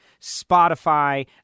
Spotify